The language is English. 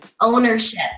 ownership